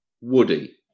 Woody